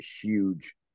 huge